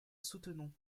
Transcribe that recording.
soutenons